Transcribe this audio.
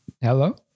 hello